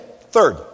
Third